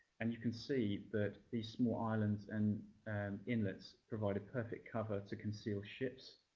and you can see that these small islands and and inlets provide a perfect cover to conceal ships